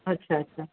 अच्छा अच्छा